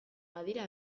badira